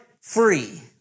free